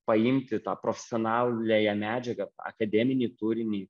paimti tą profesionaliąją medžiagą akademinį turinį